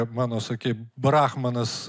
mano sakei brahmanas